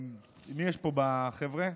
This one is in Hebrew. מי יש פה בחבר'ה?